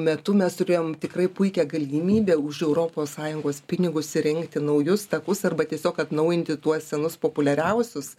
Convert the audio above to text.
metu mes turėjom tikrai puikią galimybę už europos sąjungos pinigus įrengti naujus takus arba tiesiog atnaujinti tuos senus populiariausius